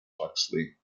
oxley